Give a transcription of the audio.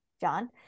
John